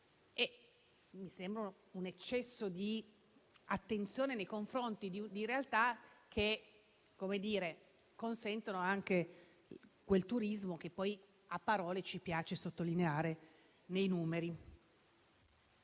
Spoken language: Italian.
Mi sembra un eccesso di attenzione nei confronti di realtà che consentono anche quel turismo che poi a parole ci piace sottolineare nei numeri.